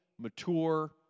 mature